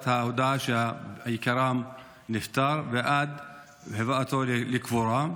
ההודעה שיקירם נפטר ועד להבאתו לקבורה.